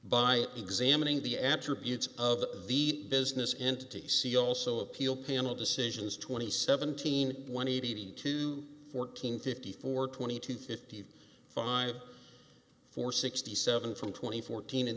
by examining the attributes of the business entity see also appeal panel decisions twenty seventeen one eighty two fourteen fifty four twenty to fifty five four sixty seven from two thousand and fourteen and